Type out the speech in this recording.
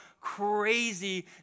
crazy